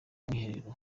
mwiherero